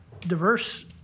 diverse